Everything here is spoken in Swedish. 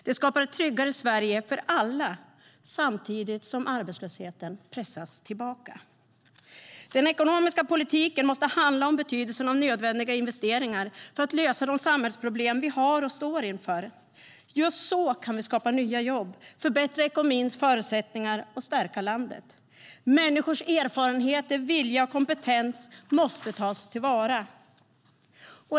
Det skapar ett tryggare Sverige för alla, samtidigt som arbetslösheten pressas tillbaka. Den ekonomiska politiken måste handla om betydelsen av nödvändiga investeringar för att lösa de samhällsproblem vi har och står inför. Just så kan vi skapa nya jobb, förbättra ekonomins förutsättningar och stärka landet. Människors erfarenheter, vilja och kompetens måste tas till vara.